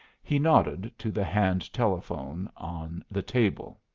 he nodded to the hand telephone on the table.